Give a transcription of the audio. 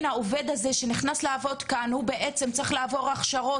אם העובד שנכנס לעבוד צריך לעבור הכשרות.